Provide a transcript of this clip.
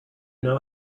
know